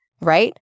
right